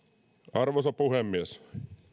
arvoisa puhemies